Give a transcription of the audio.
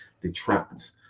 detract